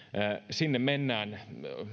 sinne mennään